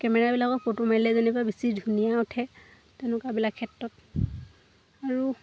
কেমেৰাবিলাকত photo মাৰিলে যেনিবা বেছি ধুনীয়া উঠে তেনেকুৱাবিলাক ক্ষেত্ৰত আৰু